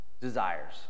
desires